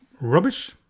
rubbish